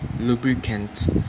lubricant